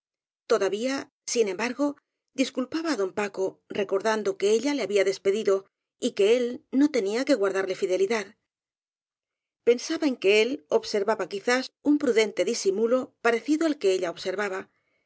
todavía sin embargo disculpaba á don paco recordando que ella le había despedido y que él no tenia que guardarle fidelidad pensaba en que a n n f atq aí pr dente disimul parecido al que ella observaba